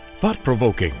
thought-provoking